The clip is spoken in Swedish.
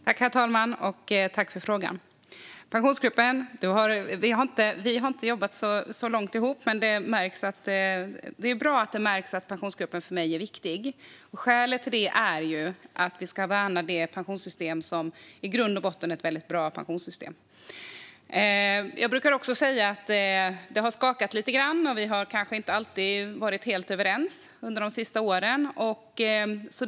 Herr talman! Jag tackar för frågan. Du och jag har inte jobbat ihop så länge, men det är bra att det märks att Pensionsgruppen är viktig för mig. Skälet till det är att vi ska värna det pensionssystem som i grund och botten är ett väldigt bra system. Jag brukar säga att det har skakat lite grann, och vi har under de senaste åren kanske inte alltid varit helt överens.